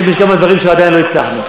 יש עוד כמה דברים שעדיין לא הצלחנו,